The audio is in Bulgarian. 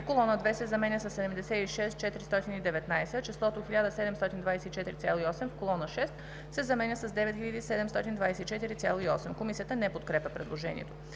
в колона 2 се заменя със „76 419,0“, а числото „1 724,8“ в колона 6 се заменя с „9 724,8“.“ Комисията не подкрепя предложението.